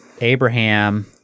Abraham